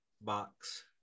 box